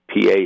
PA